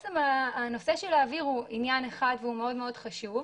שבעצם הנושא של האוויר הוא עניין אחד והוא מאוד מאוד חשוב,